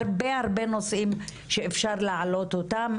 הרבה הרבה נושאים שאפשר להעלות אותם.